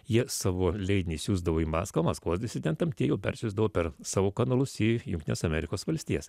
jie savo leidinį siųsdavo į maskvą maskvos disidentam tie jau persiųsdavo per savo kanalus į jungtines amerikos valstijas